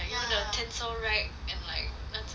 like Tinsel Rack and like tons of